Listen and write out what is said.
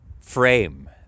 frame